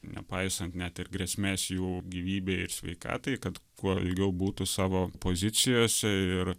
nepaisant net ir grėsmės jų gyvybei ir sveikatai kad kuo ilgiau būtų savo pozicijose ir